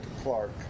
Clark